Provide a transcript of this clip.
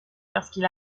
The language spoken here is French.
lorsqu’il